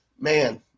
man